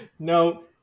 No